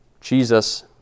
Jesus